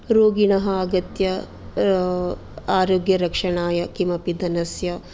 रोगिणः आगत्य आरोग्यरक्षणाय किमपि धनस्य